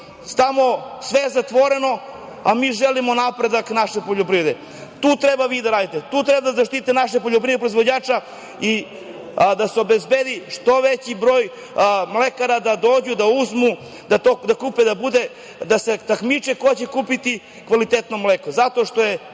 sve je zatvoreno, a mi želimo napredak naše poljoprivrede. Tu treba vi da radite. Tu treba da zaštitite naše poljoprivredne proizvođače i da se obezbedi što veći broj mlekara, da dođu, da uzmu, da kupe, da se takmiče ko će kupiti kvalitetno mleko,